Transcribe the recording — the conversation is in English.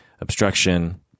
obstruction